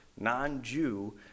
non-Jew